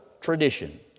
tradition